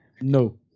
No